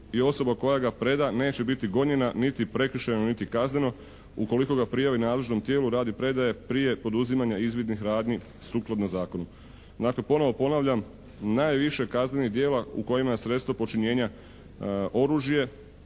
i osoba koja ga preda neće biti gonjena niti prekršajno niti kazneno ukoliko ga prijavi nadležnom tijelu radi predaje prije poduzimanja izvidnih radnji sukladno zakonu. Dakle ponovo ponavljam, najviše kaznenih djela u kojima je sredstvo počinjenja oružje,